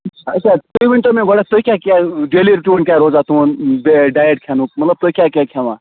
اچھا تُہۍ ؤنتو مے گۄڈ نٮ۪تھ تُہۍ کیا کیا ڈیلی رُٹیٖن کیا روزان تُہند ڈایِٹ کھیونُک مطلب تُہۍ کیا کیا کھیوان